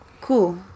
cool